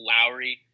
Lowry